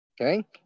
Okay